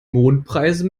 mondpreise